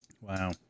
Wow